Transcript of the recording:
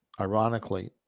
ironically